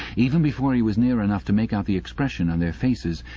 even before he was near enough to make out the expression on their faces,